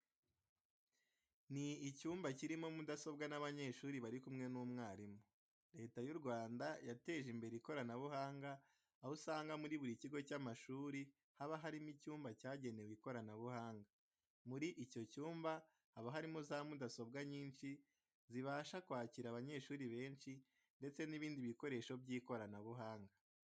Ni icyumba kirimo mudasobwa n'abanyeshuri bari kumwe n'umwarimu. Leta y'u Rwanda yateje imbere ikoranabuhanga, aho usanga muri buri kigo cy'amashuri haba harimo icyumba cyagenewe ikoranabuhanga. Muri icyo cyumba haba harimo za mudasobwa nyinshi zibasha kwakira abanyeshuri benshi ndetse n'ibindi bikoresho by'ikoranabuhanga.